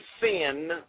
sin